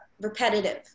repetitive